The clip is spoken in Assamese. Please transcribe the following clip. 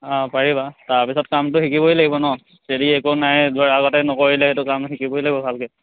অঁ পাৰিবা তাৰপিছত কামটো শিকিবই লাগিব ন একো নাই যোৱাৰ আগতে নকৰিলে এইটো কাম শিকিবই লাগিব ভালকৈ